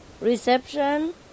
Reception